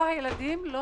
ולא